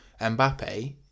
Mbappe